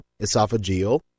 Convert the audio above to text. esophageal